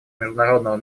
международного